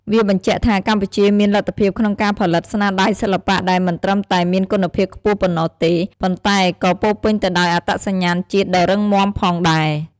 វាបញ្ជាក់ថា កម្ពុជាមានលទ្ធភាពក្នុងការផលិតស្នាដៃសិល្បៈដែលមិនត្រឹមតែមានគុណភាពខ្ពស់ប៉ុណ្ណោះទេ ប៉ុន្តែក៏ពោរពេញទៅដោយអត្តសញ្ញាណជាតិដ៏រឹងមាំផងដែរ។